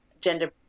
gender